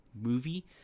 movie